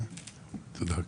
תודה.